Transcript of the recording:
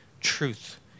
truth